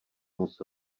moc